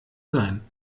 sein